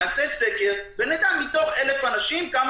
נעשה סקר ונדע מתוך 1,000 אנשים כמה